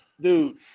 Dude